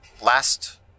last